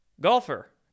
Golfer